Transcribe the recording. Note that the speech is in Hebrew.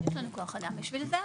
יש לנו כוח אדם בשביל זה.